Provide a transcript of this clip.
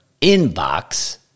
inbox